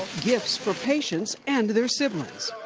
gifts for patients and their siblings